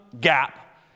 gap